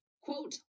Quote